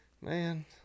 man